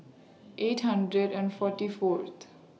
eight hundred and forty Fourth